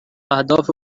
اهداف